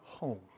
home